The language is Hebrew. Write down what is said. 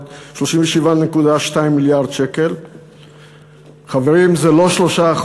37.2 מיליארד שקל, חברים, זה לא 3%,